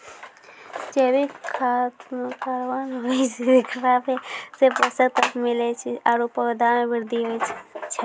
जैविक खाद म कार्बन होय छै जेकरा सें पोषक तत्व मिलै छै आरु पौधा म वृद्धि होय छै